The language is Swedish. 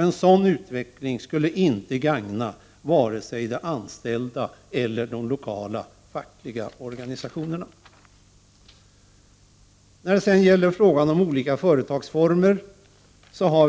En sådan utveckling skulle inte gagna vare sig de anställda eller de lokala fackliga organisationerna. I fråga om olika företagsformer har